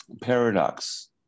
paradox